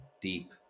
deep